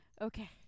Okay